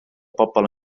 bobol